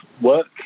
work